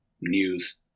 news